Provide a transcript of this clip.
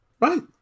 Right